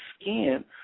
skin